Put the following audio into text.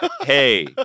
Hey